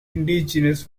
indigenous